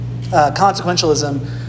consequentialism